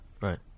Right